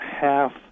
half